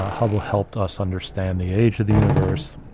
ah hubble helped us understand the age of the universe.